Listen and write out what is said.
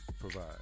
provide